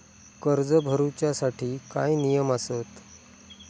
कर्ज भरूच्या साठी काय नियम आसत?